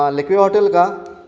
लेक way hotel का